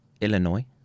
Illinois